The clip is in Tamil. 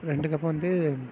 ரெண்டு கப்பு வந்து